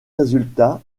résultat